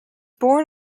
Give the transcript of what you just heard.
born